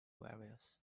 varies